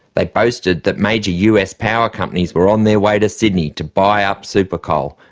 they boasted that major us power companies were on their way to sydney to buy up supercoal,